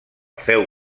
féu